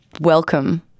welcome